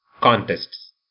Contests